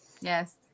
Yes